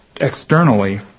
externally